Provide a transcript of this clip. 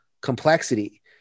complexity